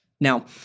Now